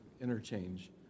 Interchange